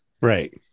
Right